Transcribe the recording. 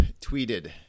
tweeted